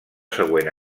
següent